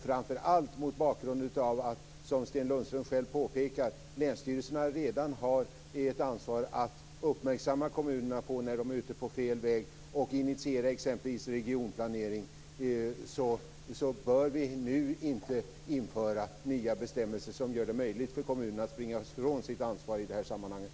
Framför allt mot bakgrund av att länsstyrelserna - vilket Sten Lundström själv påpekar - redan har ett ansvar att uppmärksamma kommunerna på när de är ute på fel väg och initiera exempelvis regionplanering bör vi inte nu införa nya bestämmelser som gör det möjligt för kommunerna att springa ifrån sitt ansvar i det här sammanhanget.